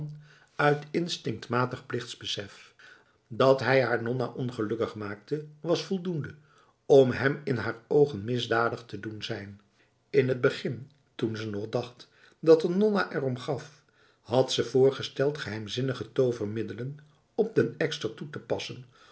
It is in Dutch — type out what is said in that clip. uit instinctmatig plichtsbesef dat hij haar nonna ongelukkig maakte was voldoende om hem in haar ogen misdadig te doen zijn in het begin toen ze nog dacht dat de nonna erom gaf had ze voorgesteld geheimzinnige tovermiddelen op den ekster toe te passen